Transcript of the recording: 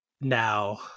Now